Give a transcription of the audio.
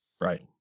Right